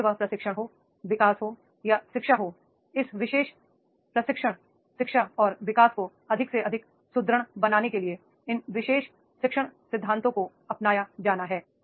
चाहे वह प्रशिक्षण हो विकास हो या शिक्षा हो इस विशेष प्रशिक्षण शिक्षा और विकास को अधिक से अधिक सुदृढ़ बनाने के लिए इन विशेष शिक्षण सिद्धांतों को अपनाया जाना है